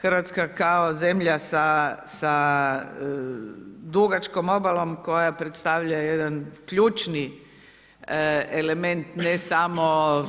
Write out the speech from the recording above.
Hrvatska kao zemlja sa dugačkom obalom koja predstavlja jedan ključni element ne samo